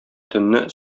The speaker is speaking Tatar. төнне